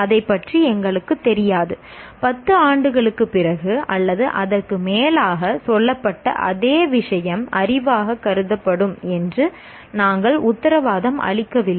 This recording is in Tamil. அதைப் பற்றி எங்களுக்குத் தெரியாது பத்து ஆண்டுகளுக்குப் பிறகு அல்லது அதற்கு மேலாக சொல்லப்பட்ட அதே விஷயம் அறிவாகக் கருதப்படும் என்று நாங்கள் உத்தரவாதம் அளிக்கவில்லை